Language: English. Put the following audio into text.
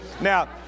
Now